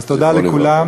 אז תודה לכולם.